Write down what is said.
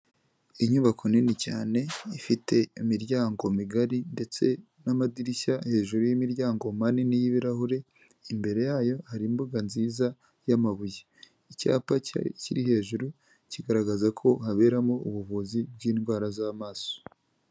Inyubako nini cyane ifite imiryango migari ndetse n'amadirishya hejuru y'imiryango manini y'ibirahure, imbere yayo hari imbuga nziza y'amabuye, icyapa kiri hejuru kigaragaza ko haberamo ubuvuzi bw'indwara z'amaso.